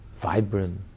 vibrant